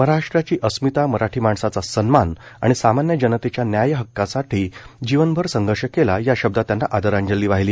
महाराष्ट्राची अस्मिता मराठी माणसाचा सन्मान आणि सामान्य जनतेच्या न्याय्य हक्कांसाठी जीवनभर संघर्ष केला या शब्दांत त्यांना आदरांजली वाहिली